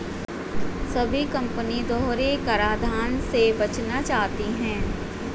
सभी कंपनी दोहरे कराधान से बचना चाहती है